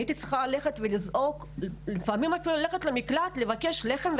אני הייתי צריכה ללכת ולזעוק לפעמים ללכת למקלט לבקש לחם,